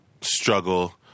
struggle